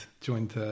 joined